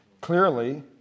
clearly